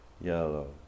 yellow